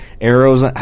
arrows